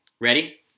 Ready